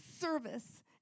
service